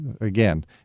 again